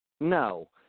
No